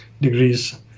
degrees